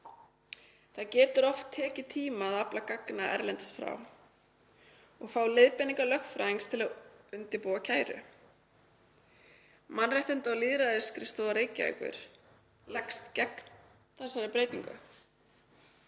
Það getur oft tekið tíma að afla gagna erlendis frá og fá leiðbeiningar lögfræðings til að undirbúa kæru. Mannréttinda- og lýðræðisskrifstofa Reykjavíkur leggst gegn þessari breytingu.